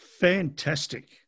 Fantastic